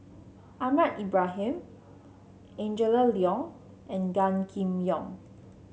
Ahmad Ibrahim Angela Liong and Gan Kim Yong